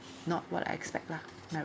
not what I expect lah marriage